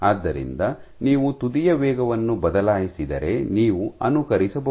ಆದ್ದರಿಂದ ನೀವು ತುದಿಯ ವೇಗವನ್ನು ಬದಲಾಯಿಸಿದರೆ ನೀವು ಅನುಕರಿಸಬಹುದು